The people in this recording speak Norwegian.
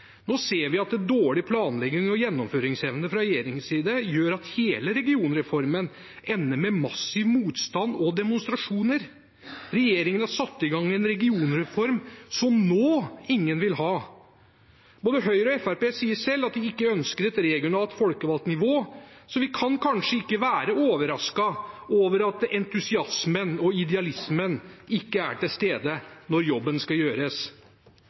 Nå ser vi at dårlig planlegging og gjennomføringsevne fra regjeringens side gjør at hele regionreformen ender med massiv motstand og demonstrasjoner. Regjeringen har satt i gang en regionreform som nå ingen vil ha. Både Høyre og Fremskrittspartiet sier selv at de ikke ønsker et regionalt folkevalgt nivå, så vi kan kanskje ikke være overrasket over at entusiasmen og idealismen ikke er til stede når jobben skal gjøres.